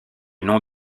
nom